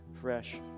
fresh